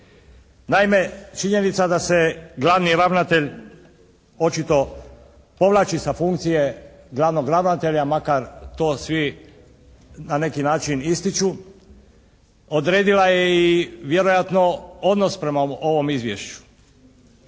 Naime, činjenica da se glavni ravnatelj očito povlači sa funkcije glavnog ravnatelja makar to svi na neki način ističu, odredila je i vjerojatno odnos prema ovom izvješću.